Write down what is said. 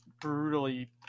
brutally